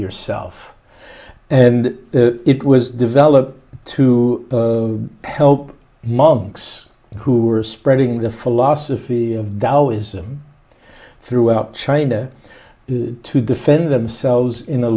yourself and it was developed to help monks who were spreading the philosophy of taoism throughout china to defend themselves in a